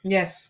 Yes